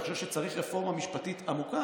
אני חושב שצריך רפורמה משפטית עמוקה.